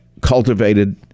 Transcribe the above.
cultivated